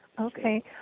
Okay